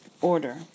order